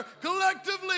collectively